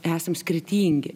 esam skirtingi